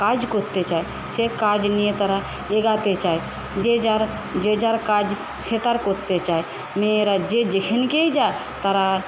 কাজ করতে চায় সে কাজ নিয়ে তারা এগাতে চায় যে যার যে যার কাজ সে তার করতে চায় মেয়েরা যে যেখানকেই যায় তারা